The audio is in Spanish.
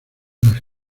las